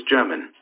German